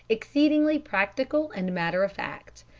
exceedingly practical and matter-of-fact,